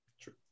True